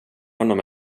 honom